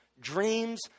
dreams